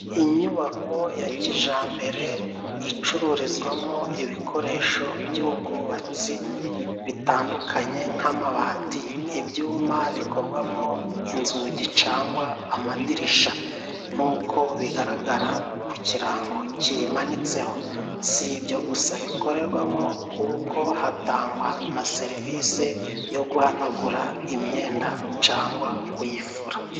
Inyubako ya kijambere icururizwamo ibikoresho by'ubwubatsi bitandukanye nk'amabati, ibyuma bikogwamo inzugi cangwa amadirisha nk'uko bigaragara ku kirango kimanitseho. si ibyo gusa bikorerwamo kuko hatangwa na serivisi yo guhanagura imyenda cangwa kuyifura.